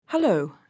Hello